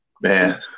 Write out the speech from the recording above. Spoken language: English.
man